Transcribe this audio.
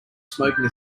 smoking